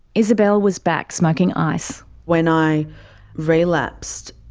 isabelle was back smoking ice. when i relapsed,